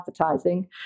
advertising